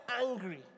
angry